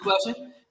question